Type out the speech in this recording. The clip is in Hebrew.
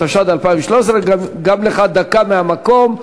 התשע"ד 2013. גם לך דקה מהמקום,